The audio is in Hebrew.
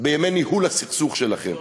בימי ניהול הסכסוך שלכם.